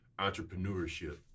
entrepreneurship